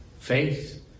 Faith